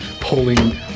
pulling